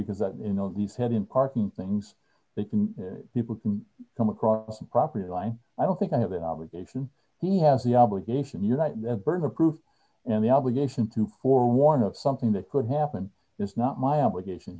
because that you know he's had in parking things they can people can come across the property line i don't think i have an obligation he has the obligation to unite the burden of proof and the obligation to for want of something that could happen is not my obligation